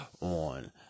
on